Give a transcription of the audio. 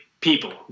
people